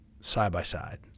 side-by-side